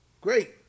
great